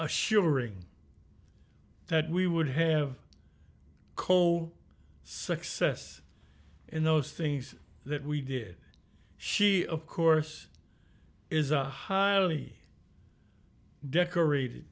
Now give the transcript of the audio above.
assuring that we would have co success in those things that we did she of course is a highly decorated